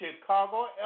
Chicago